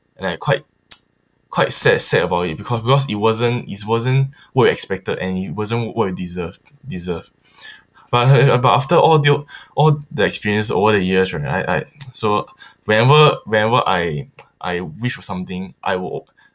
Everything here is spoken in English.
like quite quite sad sad about it because because it wasn't it's wasn't what you expected and it wasn't what you deserved deserved but after but after all the all the experience over the years right I so whenever whenever I I wish for something I will